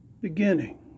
beginning